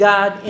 God